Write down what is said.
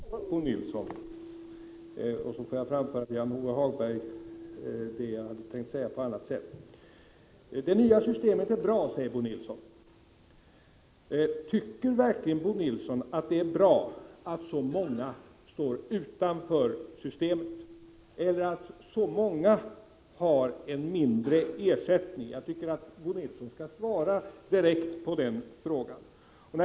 Förlåt, herr talman, då vänder jag mig till Bo Nilsson. Det jag tänkt säga till Lars-Ove Hagberg får jag då framföra på annat sätt. Det nya systemet är bra, säger Bo Nilsson. Tycker verkligen Bo Nilsson att det är bra att så många står utanför systemet och att så många har en mindre ersättning? Jag tycker att Bo Nilsson skall svara direkt på den frågan.